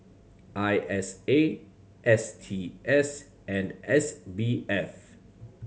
I S A S T S and S B F